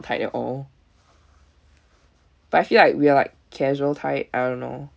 tight at all but I feel like we are like casual tight I don't know